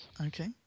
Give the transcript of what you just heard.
Okay